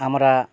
আমরা